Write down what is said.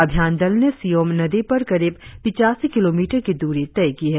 अभियान दल ने सियोम नदी पर करिब पिचासी किलोमीटर की दूरी तय की है